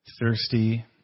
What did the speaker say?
thirsty